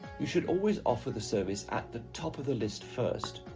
you should always offer the service at the top of the list first,